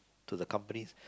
to the company